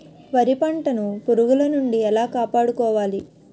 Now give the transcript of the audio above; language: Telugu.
వరి పంటను పురుగుల నుండి ఎలా కాపాడుకోవాలి?